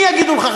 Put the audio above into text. מי יגידו לך,